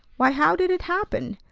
why, how did it happen?